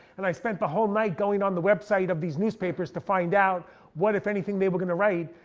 and i spent the whole night going on the website of these newspapers to find out what if anything they were gonna write.